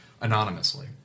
anonymously